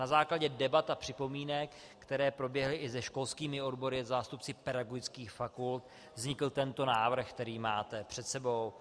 Na základě debat a připomínek, které proběhly i se školskými odbory a zástupci pedagogických fakult vznikl tento návrh, který máte před sebou.